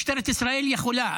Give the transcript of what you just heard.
משטרת ישראל יכולה.